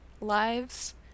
lives